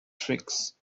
tricks